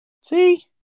See